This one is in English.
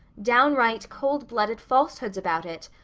downright coldblooded falsehoods about it.